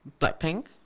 Blackpink